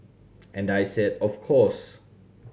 and I said of course